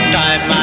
time